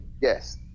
yes –